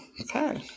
okay